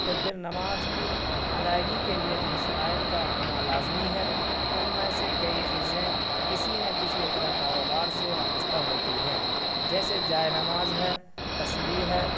تو پھر نماز کی ادائیگی کے لیے جن شرائط کا ہونا لازمی ہے ان میں سے کئی چیزیں کسی نہ کسی طرح کاروبار سے وابستہ ہوتی ہے جیسے جائے نماز ہے تسبیح ہے